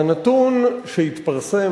הנתון שהתפרסם,